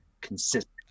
consistent